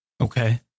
Okay